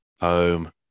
home